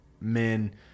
men